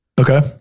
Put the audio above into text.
Okay